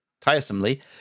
tiresomely